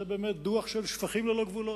זה באמת דוח של שפכים ללא גבולות,